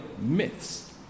myths